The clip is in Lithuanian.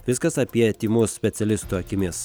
viskas apie tymus specialistų akimis